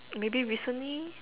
maybe recently